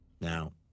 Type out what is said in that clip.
Now